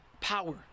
power